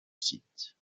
site